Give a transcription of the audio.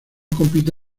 compite